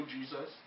Jesus